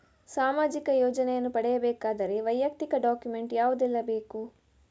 ಸಾಮಾಜಿಕ ಯೋಜನೆಯನ್ನು ಪಡೆಯಬೇಕಾದರೆ ವೈಯಕ್ತಿಕ ಡಾಕ್ಯುಮೆಂಟ್ ಯಾವುದೆಲ್ಲ ಬೇಕು?